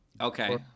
okay